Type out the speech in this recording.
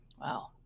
Wow